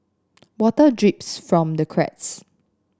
water drips from the cracks